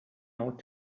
out